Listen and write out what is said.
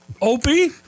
Opie